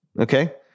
okay